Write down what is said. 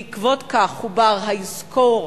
בעקבות כך חובר ה"יזכור"